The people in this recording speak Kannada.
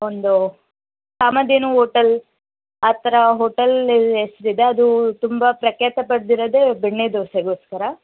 ಒಂದು ಕಾಮಧೇನು ಹೋಟೆಲ್ ಆ ಥರ ಹೋಟೆಲ್ ಹೆಸರಿದೆ ಅದು ತುಂಬಾ ಪ್ರಖ್ಯಾತಿ ಪಡೆದಿರೋದೇ ಬೆಣ್ಣೆ ದೋಸೆಗೋಸ್ಕರ